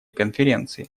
конференции